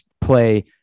play